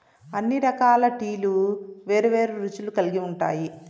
అన్ని రకాల టీలు వేరు వేరు రుచులు కల్గి ఉంటాయి